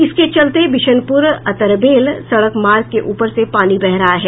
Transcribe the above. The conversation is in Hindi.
इसके चलते बिशनपुर अतरबेल सड़क मार्ग के ऊपर से पानी बह रहा है